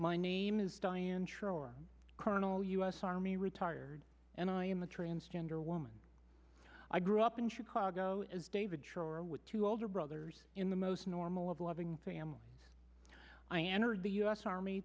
my name is diane true or colonel u s army retired and i am a transgender woman i grew up in chicago as david shore with two older brothers in the most normal of a loving family i entered the us army